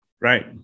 Right